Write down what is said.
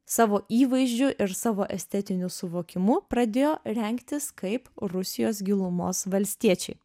savo įvaizdžiu ir savo estetiniu suvokimu pradėjo rengtis kaip rusijos gilumos valstiečiai